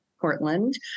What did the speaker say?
Portland